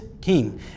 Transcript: king